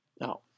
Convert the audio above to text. Now